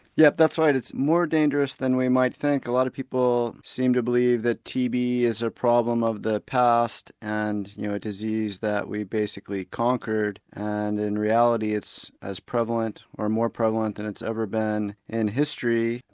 yes that's right. it's more dangerous than we might think. a lot of people seem to believe that tb is a problem of the past and you know a disease that we basically conquered, and in reality it's as prevalent or more prevalent than it's ever been in history,